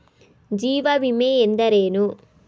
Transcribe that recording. ಜೀವ ವಿಮೆ ಎಂದರೇನು?